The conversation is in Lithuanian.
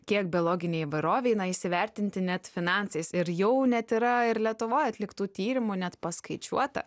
kiek biologinei įvairovei na įsivertinti net finansais ir jau net yra ir lietuvoj atliktų tyrimų net paskaičiuota